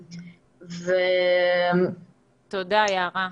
תודה, יערה,